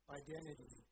identity